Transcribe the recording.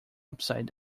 upside